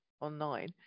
online